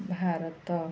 Bharat